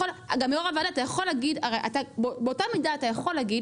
יו"ר הוועדה באותה מידה אתה יכול להגיד